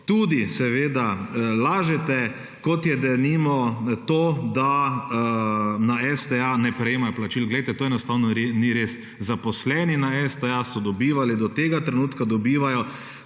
tudi seveda lažete kot je denimo to, da na STA ne prejemajo plačil. Glejte, to enostavno ni res. Zaposleni na STA so dobivali, do tega trenutka dobivajo